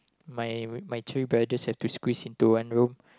my my three brothers have to squeeze into one room